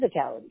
physicality